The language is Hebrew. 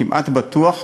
כמעט בטוח,